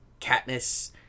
Katniss